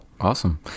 awesome